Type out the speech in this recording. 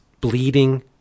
bleeding